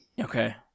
Okay